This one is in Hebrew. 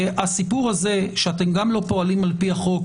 הסיפור הזה שאתם גם לא פועלים על פי החוק